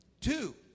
Two